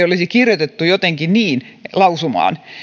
olisi lausumaan kirjoitettu jotenkin niin